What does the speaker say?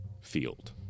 field